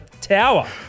tower